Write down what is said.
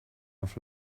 auf